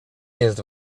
jest